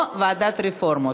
או ועדת הרפורמות.